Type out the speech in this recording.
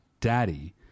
daddy